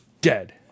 Dead